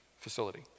facility